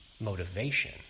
motivation